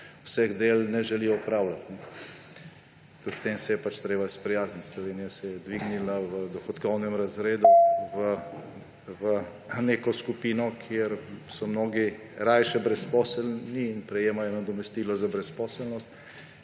vseh del ne želi opravljati. Tudi s tem se je pač treba sprijazniti. Slovenija se je dvignila v dohodkovnem razredu v neko skupino, kjer so mnogi rajše brezposelni in prejemajo nadomestilo za brezposelnost,